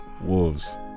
Wolves